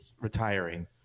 retiring